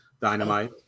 Dynamite